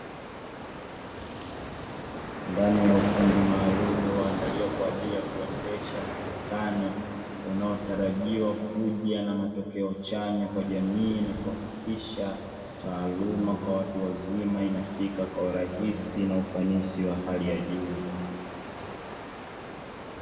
Ndani ya ukumbi maalum waandaliwa kwa ajili ya kuendesha mkutano unaotarajiwa kuja na matokeo chanya kwa jamii na kuhakikisha taaluma kwa watu wazima inafika kwa urahisi na ufanisi wa hali ya juu.